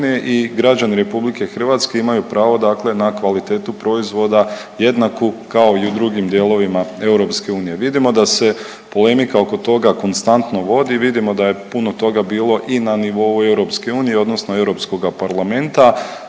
i građani RH imaju pravo dakle na kvalitetu proizvoda jednaku kao i u drugim dijelovima EU. Vidimo da se polemika oko toga konstantno vodi, vidimo da je puno toga bilo i na nivou EU odnosno Europskoga parlamenta,